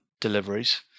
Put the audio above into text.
deliveries